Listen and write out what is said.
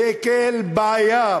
וכאל בעיה,